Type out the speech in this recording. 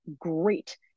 great